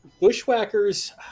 Bushwhackers